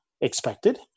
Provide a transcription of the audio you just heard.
expected